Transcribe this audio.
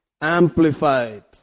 amplified